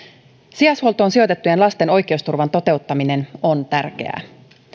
sijaishuoltoon sijoitettujen lasten oikeusturvan toteuttaminen on tärkeää